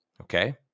Okay